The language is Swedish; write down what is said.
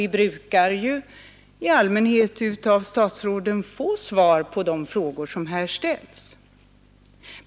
Vi brukar i allmänhet få svar av statsråden på de frågor som här ställs.